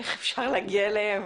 איך אפשר להגיע אליהם?